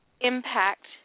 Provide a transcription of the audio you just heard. impact